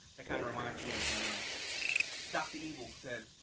that kind of reminds me of when ah dr. evil said,